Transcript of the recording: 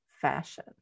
fashion